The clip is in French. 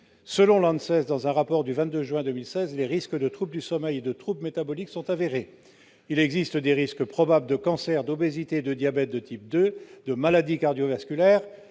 De son côté, dans son rapport du 22 juin 2016, l'ANSES affirme que les risques de troubles du sommeil et de troubles métaboliques sont avérés. Il existe des risques probables de cancer, d'obésité, de diabète de type 2, de maladies cardiovasculaires,